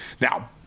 Now